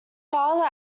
father